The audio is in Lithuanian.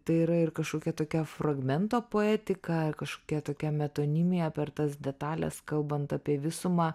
tai yra ir kažkokia tokia fragmento poetika kažkokia tokia metonimija per tas detales kalbant apie visumą